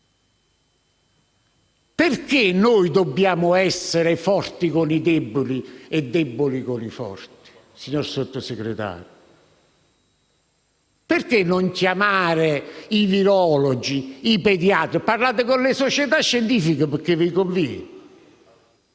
Perché dobbiamo essere forti con i deboli e deboli con i forti, signor Sottosegretario? Perché non chiamare i virologi e i pediatri? Parlate con le società scientifiche, perché vi conviene.